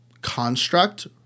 construct